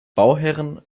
bauherren